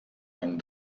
einen